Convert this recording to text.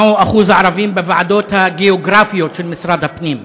מה אחוז הערבים בוועדות הגיאוגרפיות של משרד הפנים?